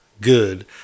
good